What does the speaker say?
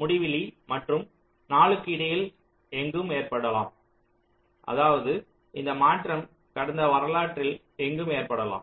முடிவிலி மற்றும் 4 க்கு இடையில் எங்கும் ஏற்படலாம் அதாவது இந்த மாற்றம் கடந்த வரலாற்றில் எங்கும் ஏற்படலாம்